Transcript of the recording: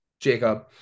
Jacob